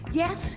yes